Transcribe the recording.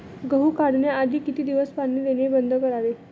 गहू काढण्याआधी किती दिवस पाणी देणे बंद करावे?